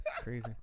Crazy